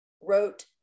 wrote